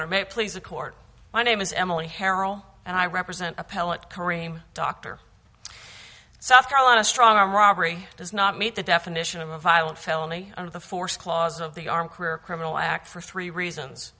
please the court my name is emily harrell and i represent appellate karim doctor south carolina strong arm robbery does not meet the definition of a violent felony under the force clause of the armed career criminal act for three reasons